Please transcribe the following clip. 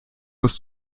was